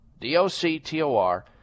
d-o-c-t-o-r